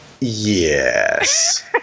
Yes